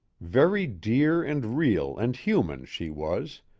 very dear and real and human she was,